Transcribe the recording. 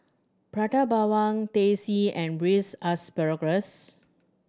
Prata Bawang Teh C and Braised Asparagus